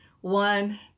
One